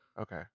Okay